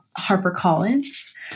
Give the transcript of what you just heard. HarperCollins